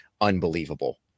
unbelievable